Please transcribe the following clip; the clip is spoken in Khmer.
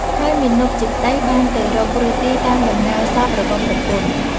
ហើយមាណពជាប្ដីបានទៅរកគ្រូទាយតាមដំណើរសប្ដិរបស់ប្រពន្ធ។